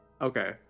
Okay